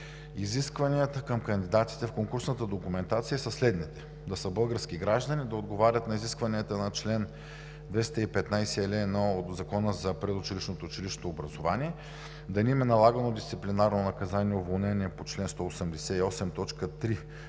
Изискванията към кандидатите в конкурсната документация са следните: да са български граждани; да отговарят на изискванията на чл. 215, ал. 1 от Закона за предучилищното и училищното образование; да не им е налагано дисциплинарно наказание „уволнение“ по чл. 188, т.